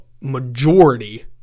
majority